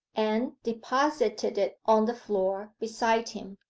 and deposited it on the floor beside him.